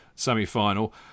semi-final